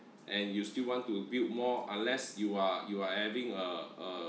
and you still want to build more unless you are you are having a a